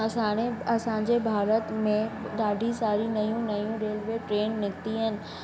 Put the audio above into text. असांणे असांजे भारत में ॾाढी सारियूं नयूं नयूं रेल्वे ट्रेन निकिती आहिनि